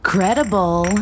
Credible